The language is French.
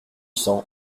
cents